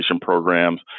programs